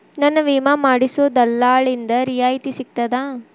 ನನ್ನ ವಿಮಾ ಮಾಡಿಸೊ ದಲ್ಲಾಳಿಂದ ರಿಯಾಯಿತಿ ಸಿಗ್ತದಾ?